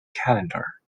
calendar